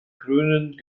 grünen